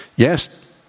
Yes